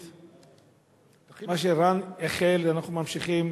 מה שרן החל אנחנו ממשיכים,